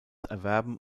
erwerben